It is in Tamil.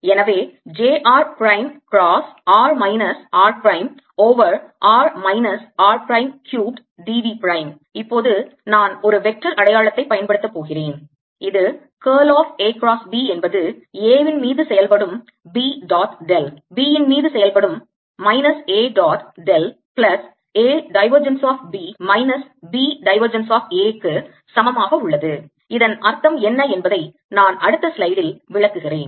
எனவே j r prime cross r minus r prime over r minus r prime cubed d v prime இப்போது நான் ஒரு வெக்டார் அடையாளத்தை பயன்படுத்த போகிறேன் இது curl of A cross B என்பது A வின் மீது செயல்படும் B டாட் டெல் B ன் மீது செயல்படும் minus A dot del plus A divergence of B minus B divergence of A க்கும் சமமாக உள்ளது இதன் அர்த்தம் என்ன என்பதை நான் அடுத்த ஸ்லைடில் விளக்குகிறேன்